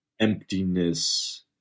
emptiness